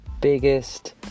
biggest